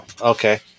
Okay